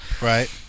Right